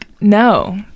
no